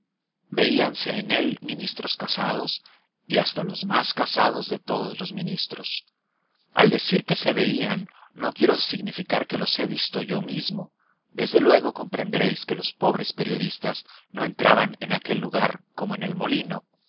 prelados veíanse en él ministros casados y hasta los más casados de todos los ministros al decir que se veían no quiero significar que los he visto yo mismo desde luego comprenderéis que los pobres periodistas no entraban en aquel lugar como en el molino